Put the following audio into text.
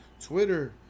Twitter